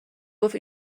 گفت